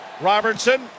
Robertson